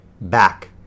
back